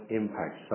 impact